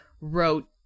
wrote